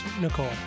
Nicole